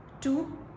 Two